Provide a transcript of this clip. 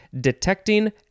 detecting